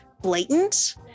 blatant